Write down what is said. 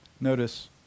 Notice